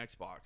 Xbox